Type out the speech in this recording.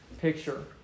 picture